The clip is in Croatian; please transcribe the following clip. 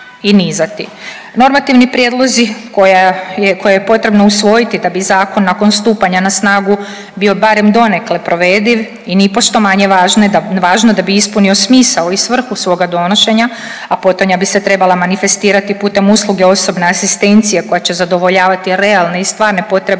Normativni prijedlozi koja je, koje je potrebno usvojiti da bi zakon nakon stupanja na snagu bio barem donekle provediv i nipošto manje važno da bi ispunio smisao i svrhu svoga donošenja, a potonja bi se trebala manifestirati putem usluge osobne asistencije koja će zadovoljavati realne i stvarne potrebe